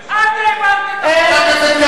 את העברת את החוק.